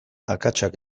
akatsak